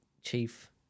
Chief